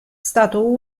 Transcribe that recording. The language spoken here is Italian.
stato